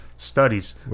studies